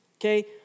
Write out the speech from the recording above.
Okay